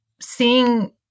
Seeing